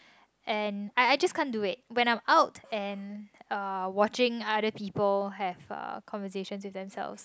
and I I just can't do it when I'm out and watching other people have conversation with themselves